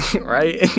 Right